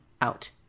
out